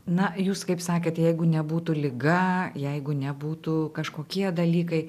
na jūs kaip sakėt jeigu nebūtų liga jeigu nebūtų kažkokie dalykai